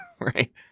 right